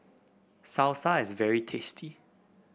salsa is very tasty